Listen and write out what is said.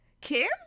Kim